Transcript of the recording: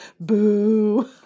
Boo